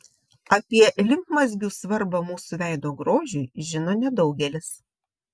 apie limfmazgių svarbą mūsų veido grožiui žino nedaugelis